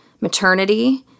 maternity